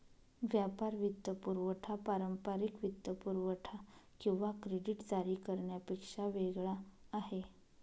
व्यापार वित्तपुरवठा पारंपारिक वित्तपुरवठा किंवा क्रेडिट जारी करण्यापेक्षा वेगळा आहे